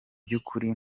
by’ukuri